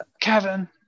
Kevin